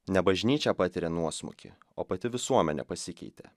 ne bažnyčia patiria nuosmukį o pati visuomenė pasikeitė